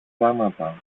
πράματα